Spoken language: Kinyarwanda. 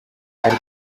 ali